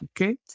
Okay